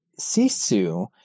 Sisu